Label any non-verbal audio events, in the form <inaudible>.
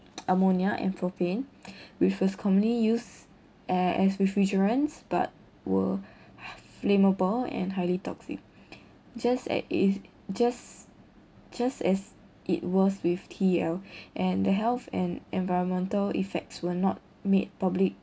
ammonia and propane <breath> which was commonly used a~ as refrigerants but were h~ flammable and highly toxic <breath> just at is just just as it was with T_E_L <breath> and the health and environmental effects were not made public